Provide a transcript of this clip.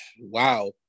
Wow